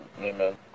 Amen